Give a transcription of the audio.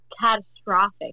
catastrophic